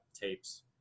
tapes